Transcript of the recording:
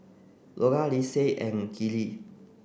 Golda Linsey and Kellie